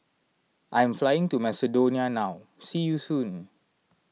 I am flying to Macedonia now see you soon